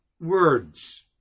words